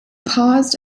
paused